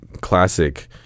Classic